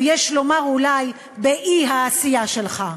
או יש לומר אולי באי-עשייה שלך.